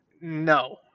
no